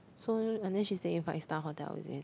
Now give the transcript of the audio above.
so unless she stay five star hotel is it